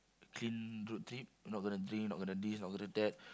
clean road trip not gonna drink not gonna this not gonna that